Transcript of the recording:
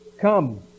Come